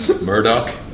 Murdoch